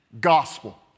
gospel